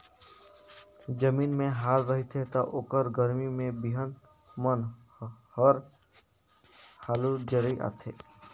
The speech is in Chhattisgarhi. जमीन में हाल रहिथे त ओखर गरमी में बिहन मन हर हालू जरई आथे